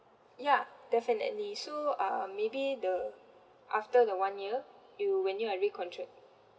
ya definitely so um maybe the after the one year you when you are recontract